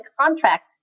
contract